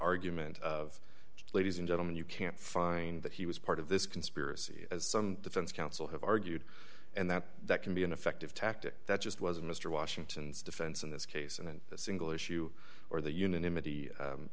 argument of ladies and gentlemen you can't find that he was part of this conspiracy as some defense counsel have argued and that that can be an effective tactic that just wasn't mr washington's defense in this case and the single issue or the un